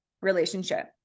relationship